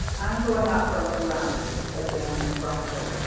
i'm going out for a look around, said bannon, abruptly.